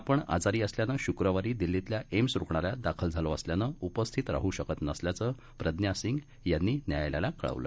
आपणआजारीअसल्यानंशुक्रवारीदिल्लीतल्याएम्सरुग्णालयातदाखलझालोअसल्यानंउपस्थितराहुशकतनसल्याचंप्रज्ञासिंगयांनीन्यायाल यालाकळवलं